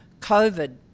COVID